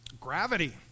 Gravity